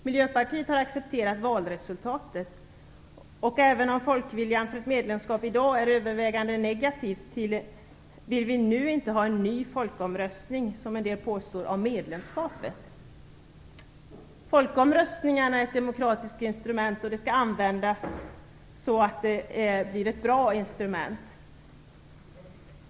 Miljöpartiet har accepterat valresultatet, och även om folkviljan vad gäller medlemskap i dag är övervägande negativ vill vi nu inte ha en ny folkomröstning om medlemskapet som en del påstår. Folkomröstning är ett demokratiskt instrument, och det skall användas så att det blir ett bra instrument.